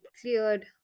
cleared